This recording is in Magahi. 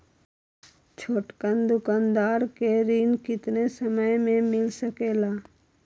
छोटकन दुकानदार के ऋण कितने समय मे मिल सकेला?